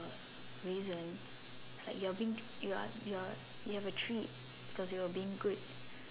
reason like you are being you are you are you have a treat cause you are being good